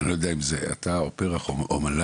אני לא יודע אם זה אתה או פר"ח או מל"ג,